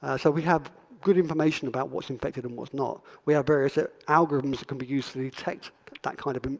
so we have good information about what's infected and what's not. we have various ah algorithms that can be used to detect that kind of